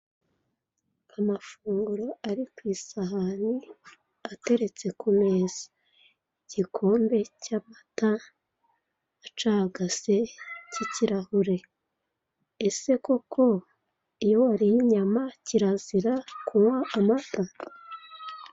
Amafunguro ari ku isahani, ateretse ku meza. Igikombe cy'amata acagase k'ikirahure. Ese koko, iyo wariye inyama kirazira kunywa amata?